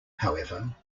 however